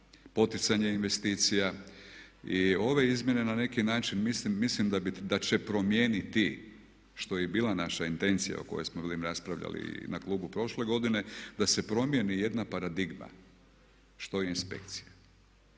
poticanje investicija i ove izmjene na neki način, mislim da će promijeniti što je i bila naša intencija o kojoj smo vidim raspravljali i na klubu prošle godine da se promijeni jedna paradigma što je inspekcija.